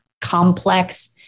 complex